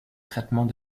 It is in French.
traitement